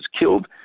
killed